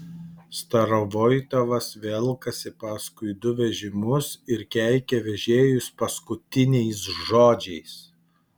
starovoitovas velkasi paskui du vežimus ir keikia vežėjus paskutiniais žodžiais